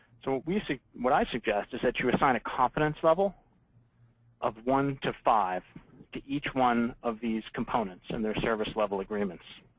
so so what i suggest is that you assign a confidence level of one to five to each one of these components and their service-level agreements.